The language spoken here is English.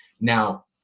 Now